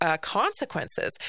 Consequences